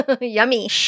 Yummy